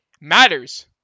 matters